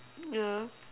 yeah